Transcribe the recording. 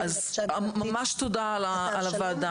אז ממש תודה על הוועדה.